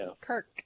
Kirk